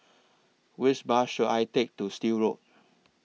Which Bus should I Take to Still Road